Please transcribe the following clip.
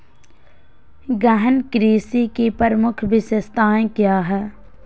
गहन कृषि की प्रमुख विशेषताएं क्या है?